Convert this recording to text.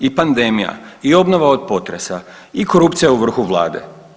I pandemija i obnova od potresa i korupcija u vrhu vlade.